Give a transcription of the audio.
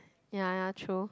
ya ya true